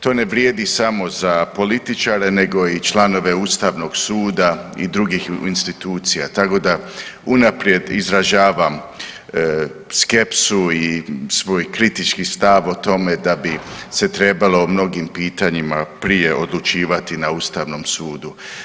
To ne vrijedi samo za političare nego i članove Ustavnog suda i drugih institucija, tako da unaprijed izražavam skepsu i svoj kritički stav o tome da bi se trebalo o mnogim pitanjima prije odlučivati na Ustavnom sudu.